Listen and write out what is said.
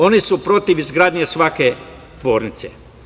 Oni su protiv izgradnje svake fabrike.